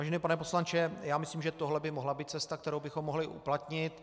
Vážený pane poslanče, já myslím, že tohle by mohla být cesta, kterou bychom mohli uplatnit.